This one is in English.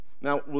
Now